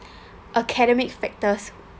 academic factors